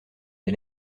des